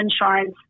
insurance